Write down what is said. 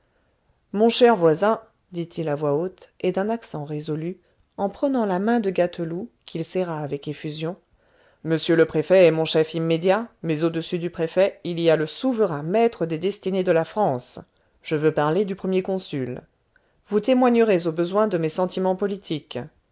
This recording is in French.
mon cher voisin dit-il à haute voix et d'un accent résolu en prenant la main de gâteloup qu'il serra avec effusion m le préfet est mon chef immédiat mais au-dessus du préfet il y a le souverain maître des destinées de la france je veux parler du premier consul vous témoignerez au besoin de mes sentiments politiques